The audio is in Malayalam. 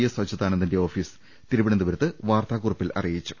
എസ് അച്യുതാനന്ദന്റെ ഓഫീസ് തിരുവനന്തപുരത്ത് വാർത്താക്കുറിപ്പിൽ അറിയിച്ചു